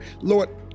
Lord